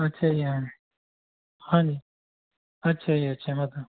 ਅੱਛਾ ਜੀ ਹਾਂ ਹਾਂਜੀ ਅੱਛਾ ਜੀ ਅੱਛਾ ਮੈਂ ਕਹਾਂ